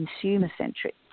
consumer-centric